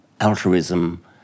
altruism